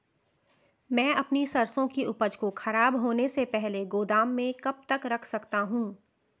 मैं अपनी सरसों की उपज को खराब होने से पहले गोदाम में कब तक रख सकता हूँ?